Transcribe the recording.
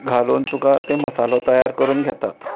घालून तुका ते मसालो तयार करून घेतात